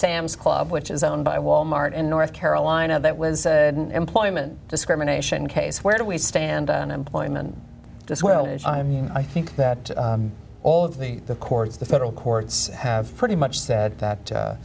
sam's club which is owned by wal mart in north carolina that was an employment discrimination case where do we stand on employment this well i mean i think that all of the the courts the federal courts have pretty much said at that